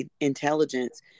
intelligence